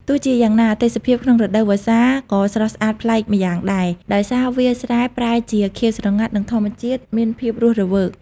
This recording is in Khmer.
ទោះជាយ៉ាងណា ទេសភាពក្នុងរដូវវស្សាក៏ស្រស់ស្អាតប្លែកម្យ៉ាងដែរ ដោយសារវាលស្រែប្រែជាខៀវស្រងាត់និងធម្មជាតិមានភាពរស់រវើក។